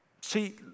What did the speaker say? See